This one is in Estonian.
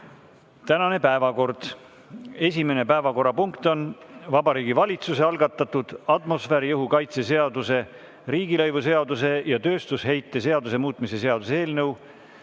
Tänane päevakord. Esimene päevakorrapunkt on Vabariigi Valitsuse algatatud atmosfääriõhu kaitse seaduse, riigilõivu seaduse ja tööstusheite seaduse muutmise seaduse eelnõu